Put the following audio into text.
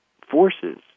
forces